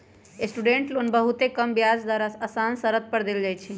student loan बहुते कम ब्याज दर आऽ असान शरत पर देल जाइ छइ